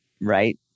right